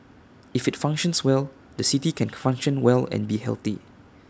if IT functions well the city can function well and be healthy